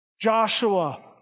Joshua